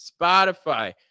Spotify